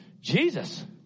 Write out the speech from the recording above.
Jesus